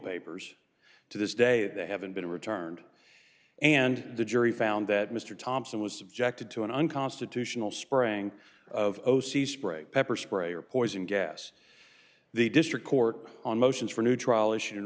papers to this day they haven't been returned and the jury found that mr thompson was subjected to an unconstitutional spraying of o c spray pepper spray or poison gas the district court on motions for a new trial issued an